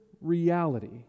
reality